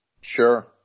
Sure